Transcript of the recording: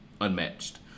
Unmatched